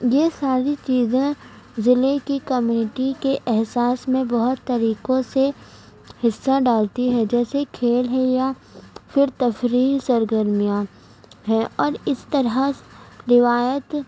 یہ ساری چیزیں ضلع کی کمیونٹی کے احساس میں بہت طریقوں سے حصہ ڈالتی ہے جیسے کھیل ہے یا پھر تفریحی سرگرمیاں ہیں اور اس طرح روایت